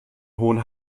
hohen